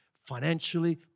financially